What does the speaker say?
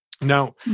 Now